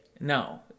no